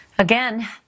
Again